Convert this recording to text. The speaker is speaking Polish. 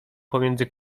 pomiędzy